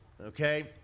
okay